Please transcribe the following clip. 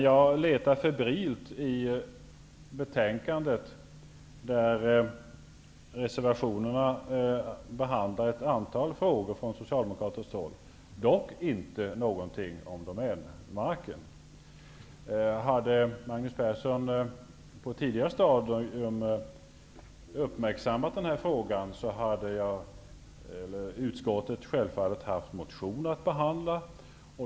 Jag letar febrilt i betänkandet bland Socialdemokraternas reservationer, där ett antal frågor tas upp. Dock sägs inte något om Domänmarken. Om Magnus Persson på ett tidigare stadium hade uppmärksammat den här frågan, skulle utskottet ha haft en motion att behandla.